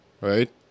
Right